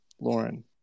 Lauren